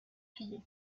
pillé